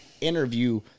interview